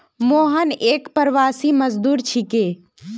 मोहन एक प्रवासी मजदूर छिके